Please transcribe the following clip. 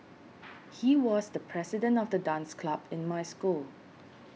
he was the president of the dance club in my school